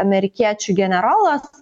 amerikiečių generolas